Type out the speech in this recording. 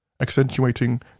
accentuating